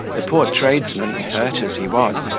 the poor tradesman, hurt as he was,